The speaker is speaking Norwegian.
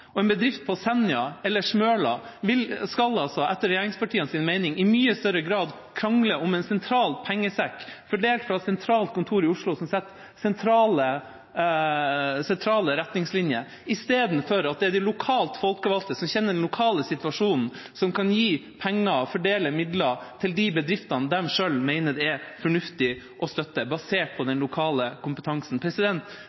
og en bedrift på Senja eller på Smøla skal altså – etter regjeringspartienes mening – i mye større grad krangle om en sentral pengesekk, fordelt fra et sentralt kontor i Oslo som setter sentrale retningslinjer, istedenfor at det er de lokalt folkevalgte, som kjenner den lokale situasjonen, og som kan gi penger og fordele midler til de bedriftene de selv mener det er fornuftig å støtte, basert på den lokale kompetansen,